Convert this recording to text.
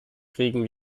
kriegen